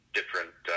different